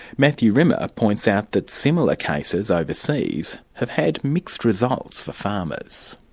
matthew rimmer points out that similar cases overseas have had mixed results for farmers.